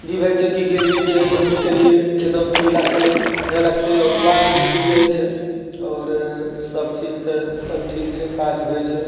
भी होइत छै कि गेलिऐ खेत घुमिके एलिऐ हँ खेतमे कि लगतै नहि लगतै आओर स्वास्थ्य भी ठीक रहै छै आओर सभ चीज तऽ सभ ठीक छै काज होइत छै